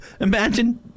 Imagine